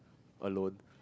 alone